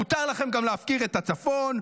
מותר לכם גם להפקיר את הצפון,